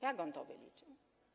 Jak on to wyliczył?